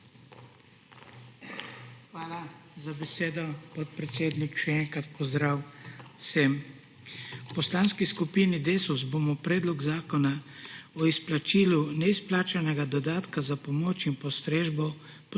Hvala za besedo, podpredsednik. Še enkrat pozdrav vsem! V Poslanski skupini Desus bomo Predlog zakona o izplačilu neizplačanega dodatka za pomoč in postrežbo